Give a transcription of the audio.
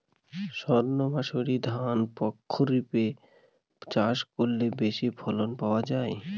সর্ণমাসুরি ধান প্রক্ষরিপে চাষ করলে বেশি ফলন পাওয়া যায়?